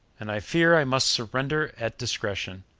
and i fear i must surrender at discretion.